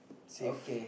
save